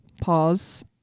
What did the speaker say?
pause